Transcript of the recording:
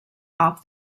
off